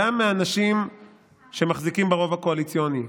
גם מאנשים שמחזיקים ברוב הקואליציוני.